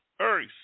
earth